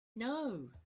know